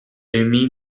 amy